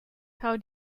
how